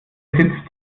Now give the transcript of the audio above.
besitzt